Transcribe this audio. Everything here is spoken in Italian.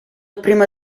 prima